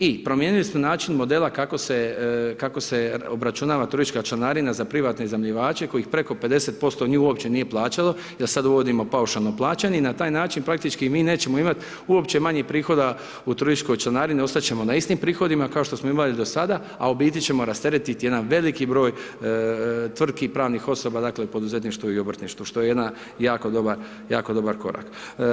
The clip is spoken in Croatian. I promijenili smo način modela kako se obračunava turistička članarina za privatne iznajmljivače kojih preko 50% nju uopće nije plaćalo jer sad uvodimo paušalno plaćanje i na taj način praktički mi nećemo imat uopće manje prihoda u turističkoj članarini, ostat ćemo na istim prihodima kao što smo imali do sada, a u biti ćemo rasteretiti jedan veliki broj tvrtki i pravnih osoba, dakle poduzetništvo i obrtništvo, što je jedan jako dobar korak.